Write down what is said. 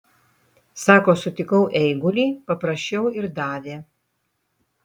sako sutikau eigulį paprašiau ir davė